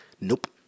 Nope